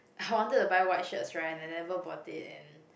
I wanted to buy white shirts right and I never bought it and